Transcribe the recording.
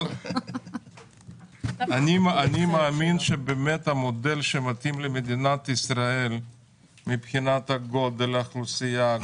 אני מאמין שהמודל שמתאים למדינת ישראל מבחינת גודל האוכלוסייה,